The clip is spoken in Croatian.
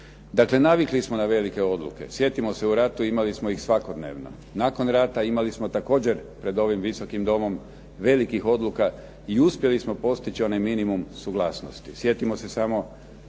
Dakle, navikli smo na velike odluke. Sjetimo se, u ratu imali smo ih svakodnevno. Nakon rata imali smo također pred ovim Visokim domom velikih odluka i uspjeli smo postići onaj minimum suglasnosti. Sjetimo se samo